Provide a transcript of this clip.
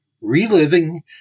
Reliving